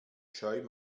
scheu